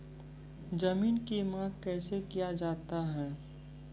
जमीन की माप कैसे किया जाता हैं?